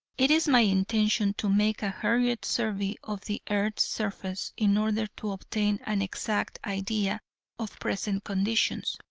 it is my intention to make a hurried survey of the earth's surface in order to obtain an exact idea of present conditions.